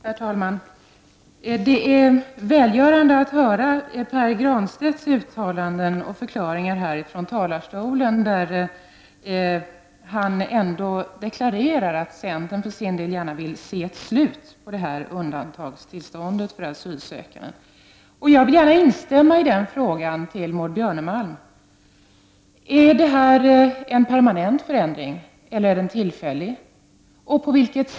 Herr talman! Det är välgörande att höra Pär Granstedts uttalanden och förklaringar. Han deklarerar trots allt att centern för sin del vill se ett slut på det undantagstillstånd som råder för asylsökande. Jag vill instämma i frågan till Maud Björnemalm om huruvida det gäller en permanent eller en tillfällig förändring.